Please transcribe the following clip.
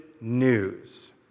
news